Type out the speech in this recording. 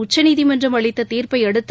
உச்சநீதிமன்றம் அளித்த தீர்ப்பை அடுத்து